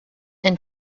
and